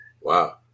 Wow